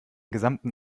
gesamten